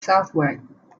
southwark